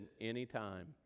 anytime